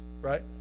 right